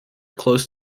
close